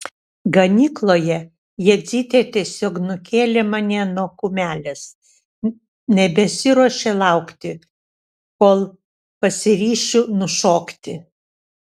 ganykloje jadzytė tiesiog nukėlė mane nuo kumelės nebesiruošė laukti kol pasiryšiu nušokti